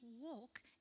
walk